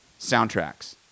soundtracks